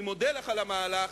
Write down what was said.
אני מודה לך על המהלך,